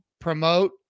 promote